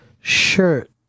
shirt